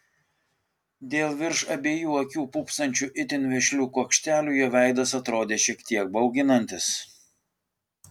dėl virš abiejų akių pūpsančių itin vešlių kuokštelių jo veidas atrodė šiek tiek bauginantis